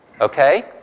Okay